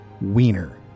Wiener